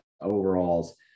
overalls